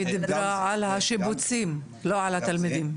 היא דיברה על השיבוצים, לא על התלמידים.